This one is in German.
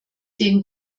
den